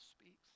speaks